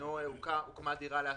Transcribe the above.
שבזמנו נקרא "דירה להשכיר"